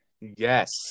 Yes